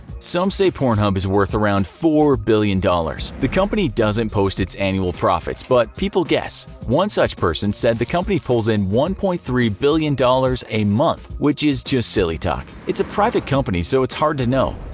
some say pornhub is worth around four billion dollars. the company doesn't post its annual profits, but people guess. one such person said the company pulls in one point three billion dollars a month, which is just silly talk. it's a private company, so it's hard to know.